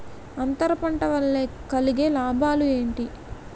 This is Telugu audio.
అంతర పంట వల్ల కలిగే లాభాలు ఏంటి